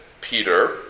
Peter